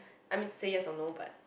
I mean say yes or no but